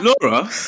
Laura